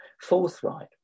forthright